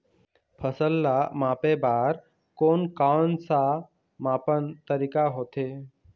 फसल ला मापे बार कोन कौन सा मापन तरीका होथे?